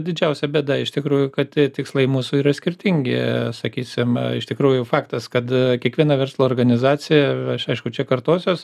didžiausia bėda iš tikrųjų kad tie tikslai mūsų yra skirtingi sakysim iš tikrųjų faktas kad kiekviena verslo organizacija aš aišku čia kartosiuos